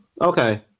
Okay